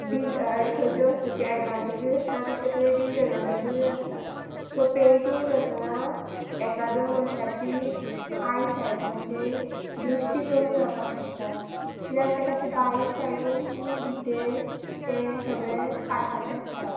डिज खंयच्या वस्तूचे एडवान्टेजीस आसतात तशें तेजे डिजएडवांटेजीस आसतात सो पेंटींग करतना एकादो मनशाची आयसायट म्हणजे दृश्टी कमी जावपाक शकतात किद्याक ताका ते बारीकसाणेन इन डिटेल ते सगळे काडपाचे आसता